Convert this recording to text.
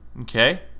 okay